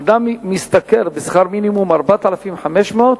אדם משתכר שכר מינימום, 4,500,